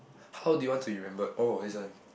how do you want to remember all of this one